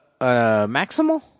Maximal